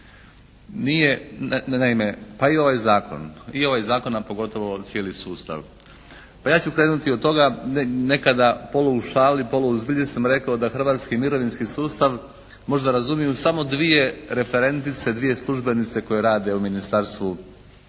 Naime pa i ovaj zakon, a pogotovo cijeli sustav. Pa ja ću krenuti od toga, nekada pola u šali pola u zbilji sam rekao da hrvatski mirovinski sustav možda razumiju samo dvije referentice, dvije službenice koje rade u ministarstvu nadležnom